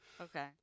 Okay